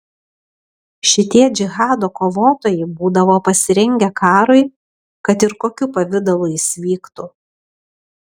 šitie džihado kovotojai būdavo pasirengę karui kad ir kokiu pavidalu jis vyktų